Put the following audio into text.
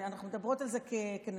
אנחנו מדברות על זה כנשים,